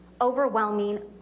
overwhelming